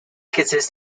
consists